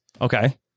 Okay